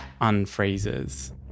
unfreezes